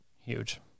huge